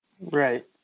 Right